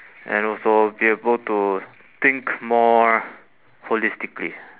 and also be able to think more holistically